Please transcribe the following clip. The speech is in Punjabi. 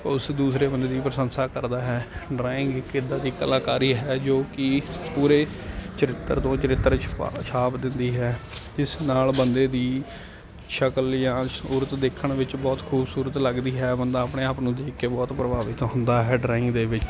ਉਸ ਦੂਸਰੇ ਬੰਦੇ ਦੀ ਪ੍ਰਸ਼ੰਸਾ ਕਰਦਾ ਹੈ ਡਰਾਇੰਗ ਇੱਕ ਇੱਦਾਂ ਦੀ ਕਲਾਕਾਰੀ ਹੈ ਜੋ ਕਿ ਪੂਰੇ ਚਰਿਤਰ ਦੋ ਚਰਿੱਤਰ ਛਾਪ ਦਿੰਦੀ ਹੈ ਇਸ ਨਾਲ ਬੰਦੇ ਦੀ ਸ਼ਕਲ ਜਾਂ ਸੂਰਤ ਦੇਖਣ ਵਿੱਚ ਬਹੁਤ ਖੂਬਸੂਰਤ ਲੱਗਦੀ ਹੈ ਬੰਦਾ ਆਪਣੇ ਆਪ ਨੂੰ ਦੇਖ ਕੇ ਬਹੁਤ ਪ੍ਰਭਾਵਿਤ ਹੁੰਦਾ ਹੈ ਡਰਾਇੰਗ ਦੇ ਵਿੱਚ